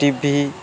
TV